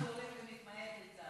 עם הזמן זה הולך ומתמעט, לצערי.